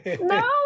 No